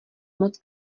moc